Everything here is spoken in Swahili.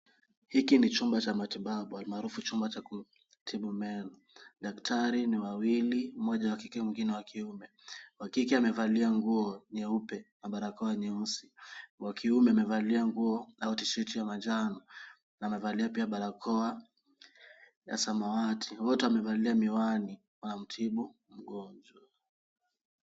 Hiki ni chumba cha matibabu almaarufu chumba cha kutibu meno. Daktari ni wawili, mmoja wa kike mwingine wa kiume. Wa kike amevalia nguo nyeupe na barakoa nyeusi. Wa kiume amevalia nguo au tishati ya manjano na amevalia pia barakoa ya samawati. Wote wamevalia miwani wanamtibu mgonjwa.